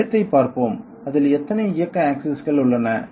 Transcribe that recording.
லேத்தைப் பார்ப்போம் அதில் எத்தனை இயக்க ஆக்சிஸ்கள் உள்ளன